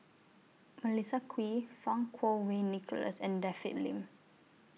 Melissa Kwee Fang Kuo Wei Nicholas and David Lim